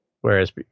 whereas